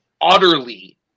utterly